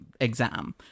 exam